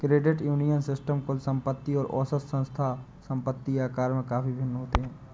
credit union system कुल संपत्ति और औसत संस्था संपत्ति आकार में काफ़ी भिन्न होते हैं